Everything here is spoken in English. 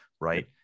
right